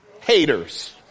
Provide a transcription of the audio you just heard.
haters